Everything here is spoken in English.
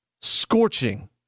scorching